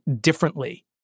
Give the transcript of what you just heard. differently